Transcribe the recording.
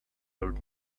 old